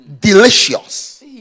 Delicious